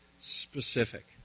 specific